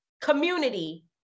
community